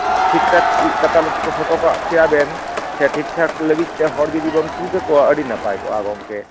ᱴᱷᱤᱠᱼᱴᱷᱟᱠ ᱤᱭᱟᱹ ᱠᱟᱛᱟᱞᱮ ᱫᱚᱦᱚ ᱦᱚᱴᱚ ᱠᱟᱜ ᱠᱮᱭᱟ ᱵᱮᱱ ᱥᱮ ᱴᱷᱤᱠᱼᱴᱷᱟᱠ ᱞᱟᱹᱜᱤᱫ ᱛᱮ ᱦᱚᱲ ᱡᱩᱫᱤ ᱵᱮᱱ ᱠᱩᱞ ᱠᱮᱠᱚᱣᱟ ᱟᱹᱰᱤ ᱱᱟᱯᱟᱭ ᱠᱚᱜᱼᱟ ᱜᱚᱝᱠᱮ